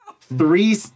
three